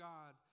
God